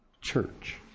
church